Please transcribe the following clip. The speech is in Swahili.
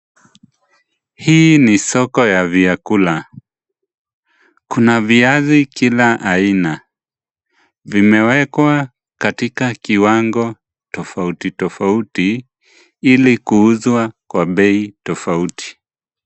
Hii ni soko ya vyakula. Kuna viazi kila aina. Vimewekwa katika kiwango tofauti tofauti ili kuuzwa kwa bei tofauti.